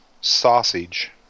sausage